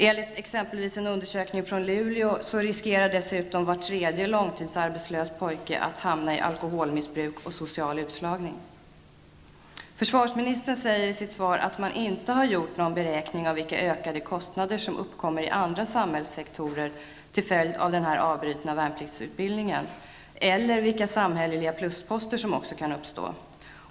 Enligt exempelvis en undersökning från Luleå riskerar dessutom var tredje långtidsarbetslös pojke att hamna i alkoholmissbruk och social utslagning. Försvarsministern säger i sitt svar att man inte gjort någon beräkning av vilka ökade kostnader som uppkommer i andra samhällssektorer till följd av den avbrutna värnpliktsutbildningen eller vilka samhälleliga plusposter som kan uppstå.